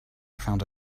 found